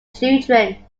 children